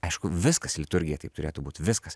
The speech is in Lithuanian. aišku viskas liturgija taip turėtų būt viskas